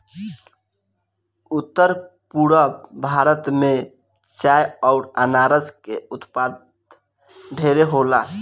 उत्तर पूरब भारत में चाय अउर अनारस के उत्पाद ढेरे होला